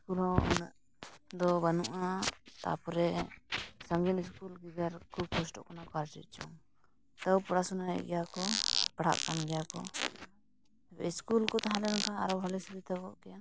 school ᱦᱚᱸ ᱩᱱᱟᱹᱜ ᱫᱚ ᱵᱟᱹᱱᱩᱜᱼᱟ ᱛᱟᱨᱯᱚᱨᱮ ᱥᱟᱺᱜᱤᱧ ᱥᱠᱩᱞ ᱜᱤᱫᱽᱨᱟᱹ ᱠᱚ ᱠᱷᱩᱵ ᱠᱚᱥᱴᱚᱜ ᱠᱟᱱᱟᱠᱚ ᱟᱨ ᱪᱮᱫ ᱪᱚᱝ ᱛᱟᱹᱣ ᱯᱚᱲᱟᱥᱳᱱᱟᱭᱮᱫ ᱜᱮᱭᱟᱠᱚ ᱯᱟᱲᱦᱟᱜ ᱠᱟᱱ ᱜᱮᱭᱟᱠᱚ ᱥᱠᱩᱞ ᱠᱚ ᱛᱟᱦᱮᱸ ᱞᱮᱱᱠᱷᱟᱱ ᱟᱨᱚ ᱵᱷᱟᱹᱞᱮ ᱥᱩᱵᱤᱫᱷᱟ ᱠᱚᱜ ᱠᱮᱭᱟ